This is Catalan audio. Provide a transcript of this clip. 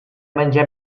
menjar